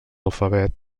alfabet